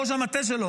ראש המטה שלו,